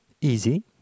Easy